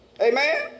Amen